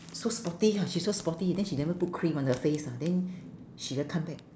so sporty ha she so sporty then she never put cream on her face ah then she just come back